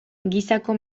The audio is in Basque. gisako